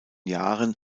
jahren